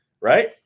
right